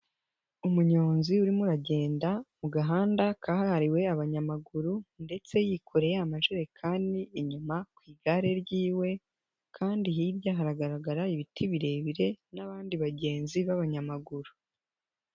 Umunyonzi urimo uragenda mu gahanda kahariwe abanyamaguru ndetse yikoreye amajerekani inyuma ku igare ryiwe kandi hirya haragaragara ibiti birebire n'abandi bagenzi b'abanyamaguru.